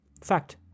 Fact